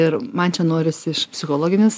ir man čia norisi iš psichologinės